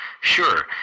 Sure